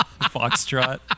Foxtrot